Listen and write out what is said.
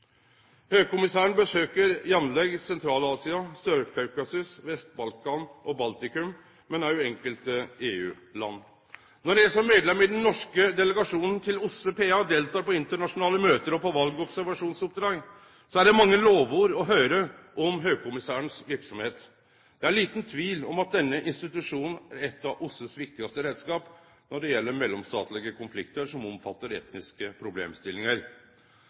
jamleg Sentral-Asia, Sør-Kaukasus, Vest-Balkan og Baltikum, men òg enkelte EU-land. Når eg som medlem i den norske delegasjonen til OSSE PA deltek på internasjonale møte og på valobservasjonsoppdrag, er det mange lovord å høyre om høgkommissærens verksemd. Det er liten tvil om at denne institusjonen er ein av OSSEs viktigaste reiskapar når det gjeld mellomstatlege konfliktar som omfattar etniske problemstillingar.